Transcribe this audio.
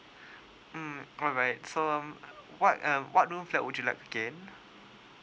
mm alright so um what um what room flat would you like again